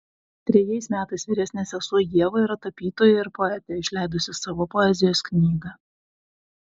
trejais metais vyresnė sesuo ieva yra tapytoja ir poetė išleidusi savo poezijos knygą